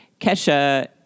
Kesha